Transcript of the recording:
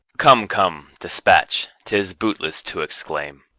come, come, despatch tis bootless to exclaim.